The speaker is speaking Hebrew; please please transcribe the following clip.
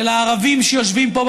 של הערבים שיושבים פה,